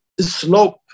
slope